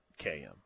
KM